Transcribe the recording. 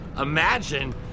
imagine